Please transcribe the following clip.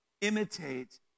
imitate